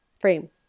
frame